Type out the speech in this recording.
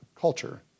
culture